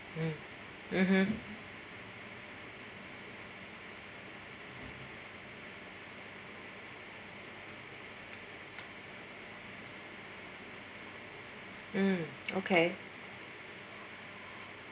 mm mmhmm mm okay